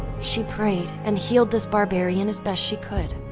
she prayed and healed this barbarian as best she could,